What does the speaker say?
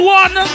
one